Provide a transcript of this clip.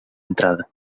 entrada